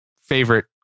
favorite